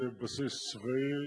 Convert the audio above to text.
זה בסיס צבאי,